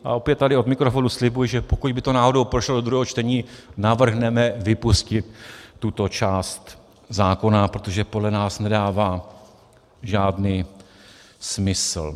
A opět tady od mikrofonu slibuji, že pokud by to náhodou prošlo do druhého čtení, navrhneme vypustit tuto část zákona, protože podle nás nedává žádný smysl.